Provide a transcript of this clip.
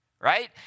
right